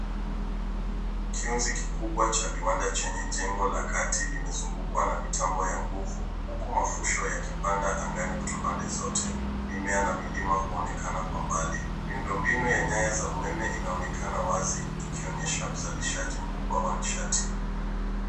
Kiunzi kikubwa cha viwanda chenye jengo la kati limezungukwa na mitambo ya nguvu huku mafusho yakipanda angani yakitoka pande zote. Mimea na milima huonekana kwa mbali. Miundombinu ya nyaya za umeme inaonekana wazi ikionyesha uzalishaji mkubwa wa nishati.